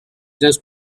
just